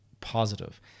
positive